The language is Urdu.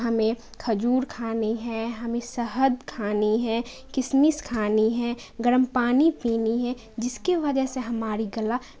ہمیں کھجور کھانی ہے ہمیں سہد کھانی ہے کسمس کھانی ہے گرم پانی پینی ہے جس کی وجہ سے ہماری گلا